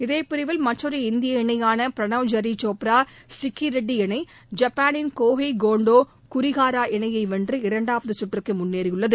இதே பிரிவில் மற்றொரு இந்திய இணையான பிரணவ் ஜெர்ரி சோப்ரா சிக்கி ரெட்டி இணை ஜப்பானின் கோஹெய் கொண்டா அயாளா குரிஹகாரா இணையை வெள்று இரண்டாவது சுற்றுக்கு முன்னேறியது